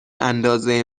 اندازه